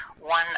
One